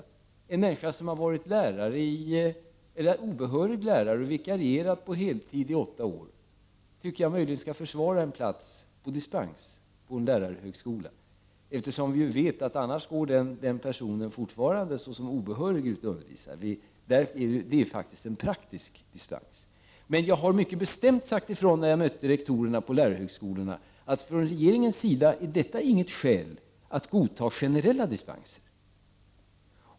För en människa som har varit obehörig lärare och vikarierat på heltid i åtta år anser jag att man skall kunna försvara en plats på dispens på lärarhögskolan. Vi vet att annars går den personen fortfarande som obehörig och undervisar. Det är faktiskt en praktisk dispens. Men jag har mycket bestämt sagt ifrån när jag har mött rektorer på lärarhögskolorna att från regeringens sida är detta inget skäl till att godta generella dispenser.